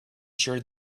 sure